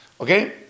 Okay